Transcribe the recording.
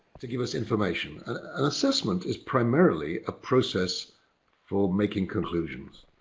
to give us information an assessment is primarily a process for making conclusions.